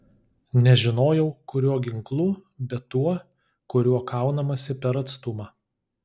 nežinojau kuriuo ginklu bet tuo kuriuo kaunamasi per atstumą